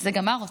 זה גמר אותי.